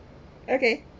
okay